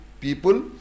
people